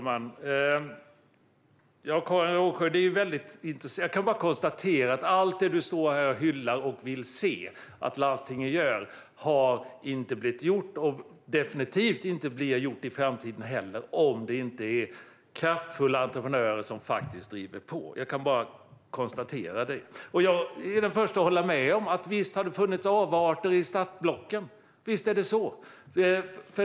Herr talman! Jag kan bara konstatera att allt det du, Karin Rågsjö, står här och hyllar och vill se att landstingen gör inte skulle ha blivit gjort - och det blir definitivt inte gjort i framtiden heller - om det inte funnits kraftfulla entreprenörer som faktiskt driver på. Jag kan bara konstatera det. Jag är den första att hålla med om att det har funnits avarter i startblocken. Visst är det så!